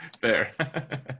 Fair